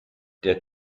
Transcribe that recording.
der